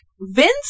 Vince